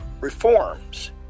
reforms